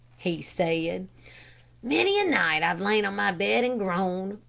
he said. many a night i've lain on my bed and groaned,